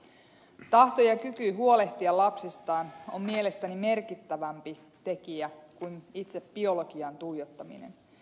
tahto ja kyky huolehtia lapsestaan on mielestäni merkittävämpi tekijä kuin itse biologiaan tuijottaminen